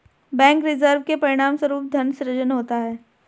bank reserve के परिणामस्वरूप धन सृजन होता है